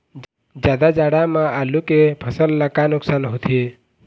जादा जाड़ा म आलू के फसल ला का नुकसान होथे?